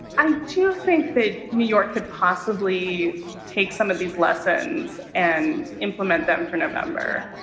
i do think that new york could possibly take some of these lessons and implement them for november.